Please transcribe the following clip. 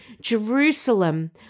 Jerusalem